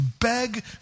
beg